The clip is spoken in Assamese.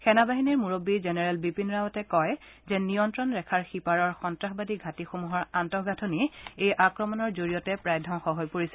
সেনাবাহিনীৰ মূৰববী জেনেৰেল বিপিন ৰাৱটে কয় যে নিয়ন্ত্ৰণ ৰেখাৰ সিপাৰৰ সন্তাসবাদী ঘাটীসমূহৰ আন্তঃগাঁথনি এই আক্ৰমণৰ জৰিয়তে প্ৰায় ধবংস হৈ পৰিছে